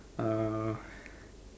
uh